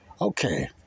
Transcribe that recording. Okay